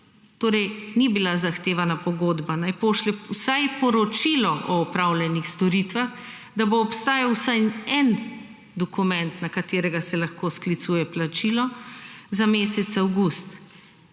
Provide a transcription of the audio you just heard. Torej ni bila zahtevana pogodba. Naj pošlje vsaj poročilo o opravljenih storitvah, da bo obstajal vsaj en dokument, na katerega se lahko sklicuje plačilo za mesec avgust,